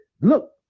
look